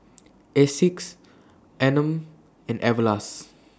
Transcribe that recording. Asics Anmum and Everlast